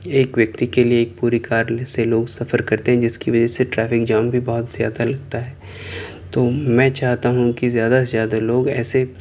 ایک ویکتی کے لیے ایک پوری کار سے لوگ سفر کرتے ہیں جس کی وجہ سے ٹرافک جام بھی بہت زیادہ لگتا ہے تو میں چاہتا ہوں کہ زیادہ سے زیادہ لوگ ایسے